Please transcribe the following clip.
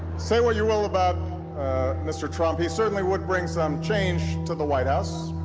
say what you will about mr. trump, he certainly would bring some change to the white house.